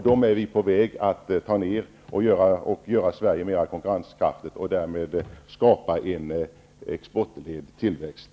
Vi är på väg att ta ned dem, göra Sverige mera konkurrenskraftigt och därmed skapa en exportledd tillväxt.